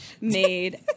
made